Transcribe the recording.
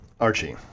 Archie